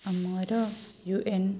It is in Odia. ଆମର ୟୁ ଏନ୍